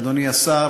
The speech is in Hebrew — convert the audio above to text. אדוני השר,